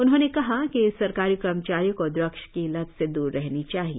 उन्होंने कहा कि सरकारी कर्मचारियों को ड्रग्स की लत से द्र रहनी चाहिए